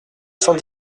cent